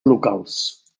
locals